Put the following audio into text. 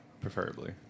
preferably